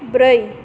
ब्रै